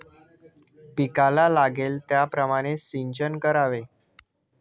पिकाला लागेल त्याप्रमाणे सिंचन करावे